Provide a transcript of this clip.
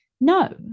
no